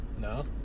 No